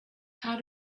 how